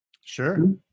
Sure